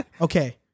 Okay